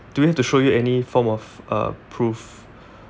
do we have to show you any form of uh proof